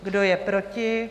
Kdo je proti?